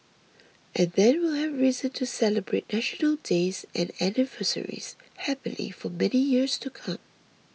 and then we'll have reason to celebrate National Days and anniversaries happily for many years to come